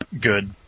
good